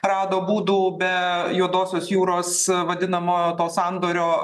rado būdų be juodosios jūros vadinamojo to sandorio